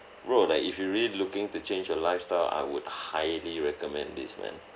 bro like if you really looking to change your lifestyle I would highly recommend this man